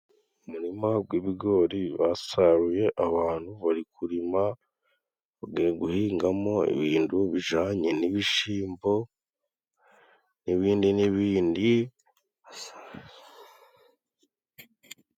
Umuririma gw'ibigori basaruye, abantu bari kurima, bagiye guhingamo ibintu bijanye n'ibishimbo n'ibindi n'ibindi.